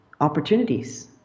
opportunities